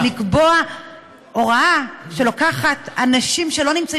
מלקבוע הוראה שלוקחת אנשים שלא נמצאים